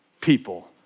people